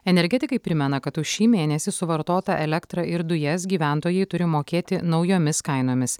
energetikai primena kad už šį mėnesį suvartotą elektrą ir dujas gyventojai turi mokėti naujomis kainomis